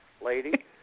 lady